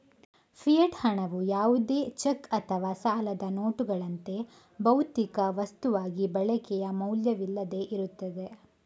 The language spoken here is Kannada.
ಫಿಯೆಟ್ ಹಣವು ಯಾವುದೇ ಚೆಕ್ ಅಥವಾ ಸಾಲದ ನೋಟುಗಳಂತೆ, ಭೌತಿಕ ವಸ್ತುವಾಗಿ ಬಳಕೆಯ ಮೌಲ್ಯವಿಲ್ಲದೆ ಇರುತ್ತದೆ